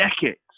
decades